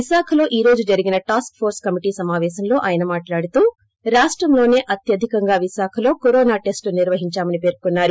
విశాఖలో ఈ రోజు జరిగిన టాస్క్ఫోర్స్ కమిటీ సమాపేశంలో ఆయన మాట్హడుతూ రాష్టంలోసే అత్వధికంగా విశాఖలో కరోనా టెస్ట్ లు నిర్వహించామని పేర్చొన్నారు